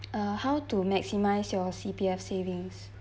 uh how to maximise your C_P_F savings